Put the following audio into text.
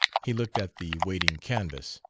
he looked at the waiting canvas.